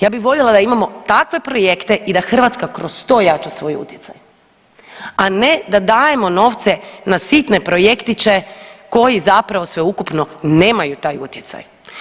Ja bi voljela da imamo takve projekte i da Hrvatska kroz to jača svoj utjecaj, a ne da dajemo novce na sitne projektiće koji zapravo sveukupno nemaju taj utjecaj.